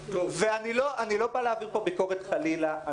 אני לא בא להעביר פה ביקורת חלילה.